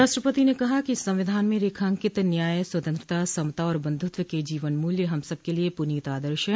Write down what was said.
राष्ट्रपति ने कहा कि संविधान में रेखांकित न्याय स्वतंत्रता समता और बंधुत्व के जीवन मूल्य हम सबके लिये पुनीत आदर्श है